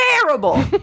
terrible